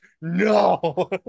no